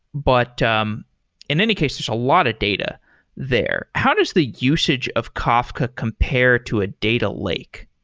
but um in any case, there's a lot of data there. how does the usage of kafka compared to ah data lake?